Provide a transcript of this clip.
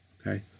Okay